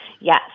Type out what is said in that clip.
Yes